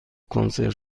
کنسرو